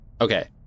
Okay